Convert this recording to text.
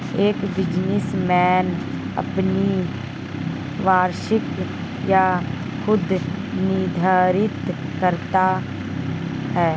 एक बिजनेसमैन अपनी वार्षिक आय खुद निर्धारित करता है